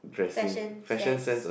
fashion sense